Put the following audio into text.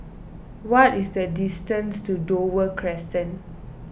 what is the distance to Dover Crescent